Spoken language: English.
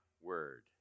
word